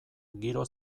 giro